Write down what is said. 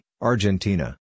Argentina